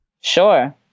Sure